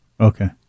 Okay